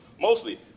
mostly